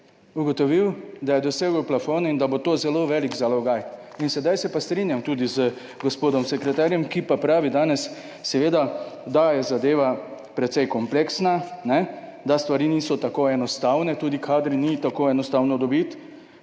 da je dosegel plafon in da bo to zelo velik zalogaj. In sedaj se pa strinjam tudi z gospodom sekretarjem, ki pa pravi danes seveda, da je zadeva precej kompleksna, kajne, da stvari niso tako enostavne, tudi kadre ni tako enostavno dobiti.